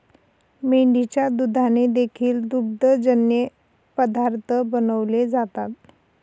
मेंढीच्या दुधाने देखील दुग्धजन्य पदार्थ बनवले जातात